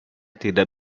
tidak